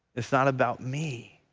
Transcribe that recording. it's not about me.